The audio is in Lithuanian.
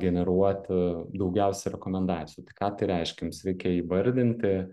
generuoti daugiausia rekomendacijų tai ką tai reiškia jums reikia įvardinti